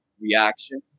reaction